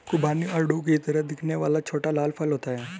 खुबानी आड़ू की तरह दिखने वाला छोटा लाल फल होता है